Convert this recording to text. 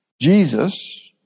Jesus